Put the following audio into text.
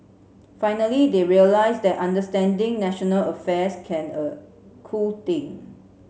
finally they realise that understanding national affairs can a cool thing